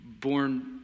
Born